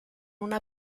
una